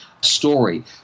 story